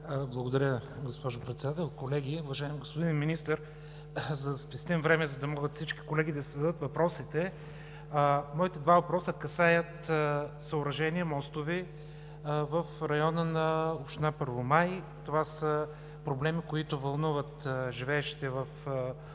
Благодаря, госпожо Председател. Колеги! Уважаеми господин Министър, за да спестим време, за да могат всички колеги да си зададат въпросите, моите два въпроса касаят мостови съоръжения в района на община Първомай. Това са проблеми, които вълнуват живеещите в общината,